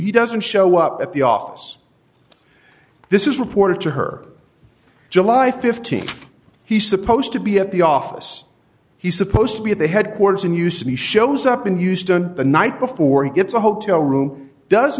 he doesn't show up at the office this is reported to her july th he's supposed to be at the office he's supposed to be at the headquarters and used to be shows up in houston the night before he gets a hotel room does